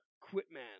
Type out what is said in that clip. Quitman